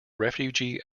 refugee